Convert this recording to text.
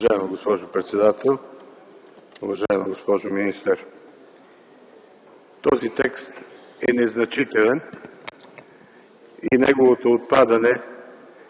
Уважаема госпожо председател, уважаема госпожо министър! Този текст е незначителен и неговото отпадане